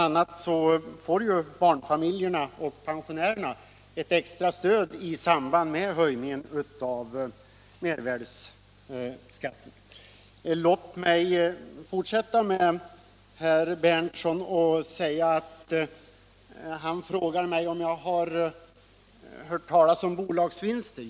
a. barnfamiljerna och pensionärerna får därför ett extra stöd i samband med höjningen av mervärdeskatten. Låt mig fortsätta med herr Berndtson. Han frågar mig om jag har hört talas om bolagsvinster.